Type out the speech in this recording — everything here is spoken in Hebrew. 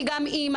אני גם אימא.